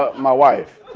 ah my wife